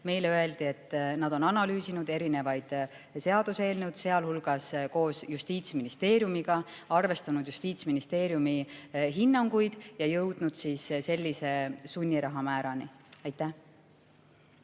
Meile öeldi, et nad on analüüsinud erinevaid seaduseelnõusid, sealhulgas koos Justiitsministeeriumiga, arvestanud Justiitsministeeriumi hinnanguid ja jõudnud sellise sunnirahamäärani. Aitäh!